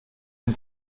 den